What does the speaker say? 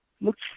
Looks